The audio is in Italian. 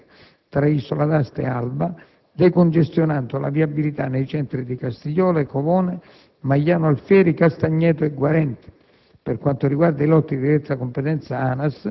I tre lotti aperti consentono un collegamento diretto tra Isola d'Asti e Alba, decongestionando la viabilità nei centri di Castigliole, Covone, Magliano Alfieri, Castagneto e Guarente.